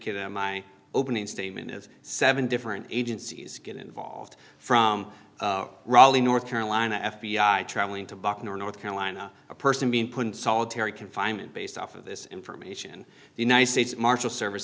cuba my opening statement is seven different agencies get involved from raleigh north carolina f b i traveling to buck north carolina a person being put in solitary confinement based off of this information the united states marshal service